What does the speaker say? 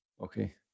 Okay